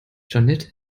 jeanette